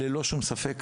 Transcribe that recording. ללא שום ספק.